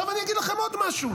אני אגיד לכם עוד משהו.